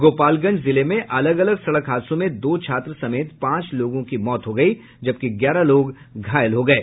गोपालगंज जिले में अलग अलग सड़क हादसों में दो छात्र समेत पांच लोगो की मौत हो गयी है जबकि ग्यारह लोग घायल हो गये